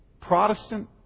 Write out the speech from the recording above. Protestant